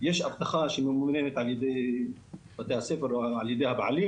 יש אבטחה שממומנת על ידי בתי הספר או על ידי הבעלים